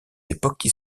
époques